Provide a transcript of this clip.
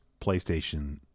playstation